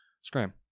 Scram